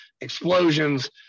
explosions